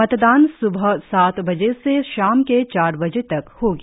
मतदान सुबह सात बजे से शाम के चार बजे तक होगी